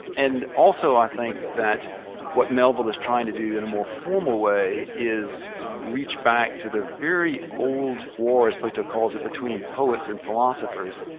and also i think that what melville is trying to do in a more formal way is reach back to the very old wars, plato calls it between poets and philosophers,